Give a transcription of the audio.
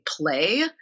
play